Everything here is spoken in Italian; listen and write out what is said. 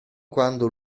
quando